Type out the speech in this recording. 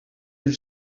your